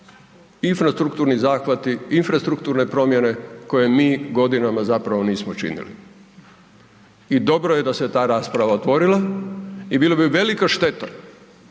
infrastrukturni zahvati, infrastrukturne promjene koje mi godinama zapravo nismo činili. I dobro je da se ta rasprava otvorila i bilo bi velika šteta